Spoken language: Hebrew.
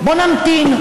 בוא נמתין,